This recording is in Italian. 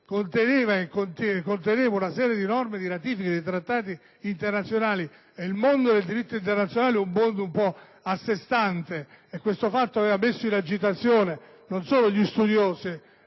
conteneva una serie di norme di ratifica di trattati internazionali - il mondo del diritto internazionale è un po' a sé stante e questo fatto ha messo in agitazione non solo il mondo